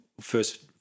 first